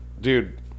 dude